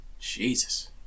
Jesus